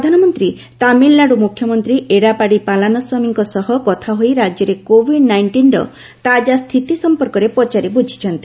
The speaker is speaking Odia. ପ୍ରଧାନମନ୍ତ୍ରୀ ତାମିଲନାଡ଼ୁ ମୁଖ୍ୟମନ୍ତ୍ରୀ ଏଡାପାଡି ପାଲାନୀସ୍ୱାମୀଙ୍କ ସହ କଥା ହୋଇ ରାଜ୍ୟରେ କୋଭିଡ୍ ନାଇଷ୍ଟିନ୍ର ତାଜା ସ୍ଥିତି ସମ୍ପର୍କରେ ପଚାରି ବୁଝିଛନ୍ତି